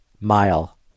mile